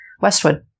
Westwood